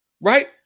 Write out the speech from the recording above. right